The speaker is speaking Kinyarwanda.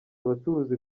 abacuruzi